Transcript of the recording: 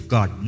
God